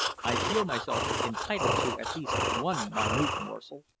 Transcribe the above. i feel myself entitled to at least one minute morsel.